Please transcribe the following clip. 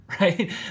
right